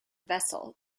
vessel